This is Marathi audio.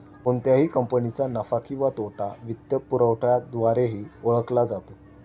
कोणत्याही कंपनीचा नफा किंवा तोटा वित्तपुरवठ्याद्वारेही ओळखला जातो